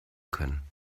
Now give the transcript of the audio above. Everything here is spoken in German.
können